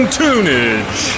tunage